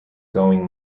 going